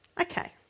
Okay